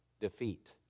defeat